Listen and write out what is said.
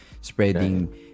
spreading